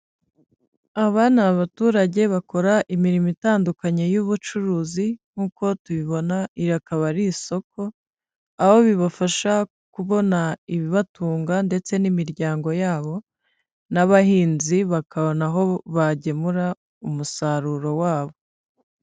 Aba ni abaturage bakora imirimo itandukanye y'ubucuruzi nk'uko tubibona iri akaba ari isoko, aho bibafasha kubona ibibatunga ndetse n'imiryango yabo n'abahinzi bakabona aho bagemura umusaruro wabo.